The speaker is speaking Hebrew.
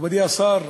מכובדי השר,